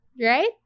Right